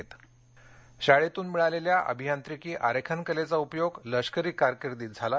नरवणे शाळेतून मिळालेल्या अभियांत्रिकी आरेखन कलेचा उपयोग लष्करी कारकिर्दीत झाला